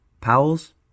Powell's